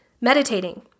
meditating